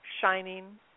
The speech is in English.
shining